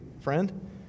friend